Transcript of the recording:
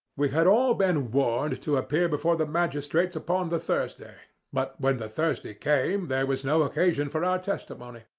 we had all been warned to appear before the magistrates upon the thursday but when the thursday came there was no occasion for our testimony.